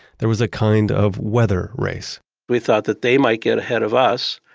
there was a kind of weather race we thought that they might get ahead of us,